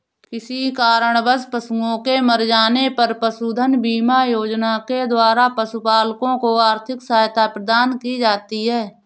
किसी कारणवश पशुओं के मर जाने पर पशुधन बीमा योजना के द्वारा पशुपालकों को आर्थिक सहायता प्रदान की जाती है